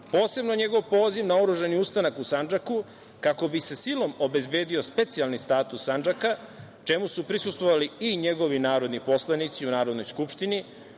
posebno njegov poziv na oružani ustanak u Sandžaku, kako bi se silom obezbedio specijalni status Sandžaka, čemu su prisustvovali i njegovi narodni poslanici u Narodnoj skupštini,